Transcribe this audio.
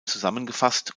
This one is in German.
zusammengefasst